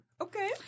okay